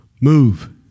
Move